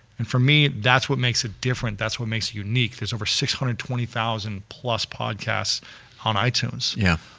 and for me, that's what makes it different, that's what makes it unique. there's over six hundred and twenty thousand plus podcasts on ah itunes. yeah.